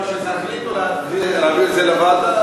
כשתחליטו להעביר את זה לוועדה,